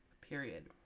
Period